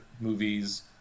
movies